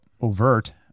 overt